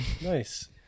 nice